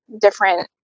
different